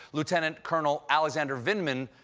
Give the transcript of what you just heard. lieutenant colonel alexander vindman,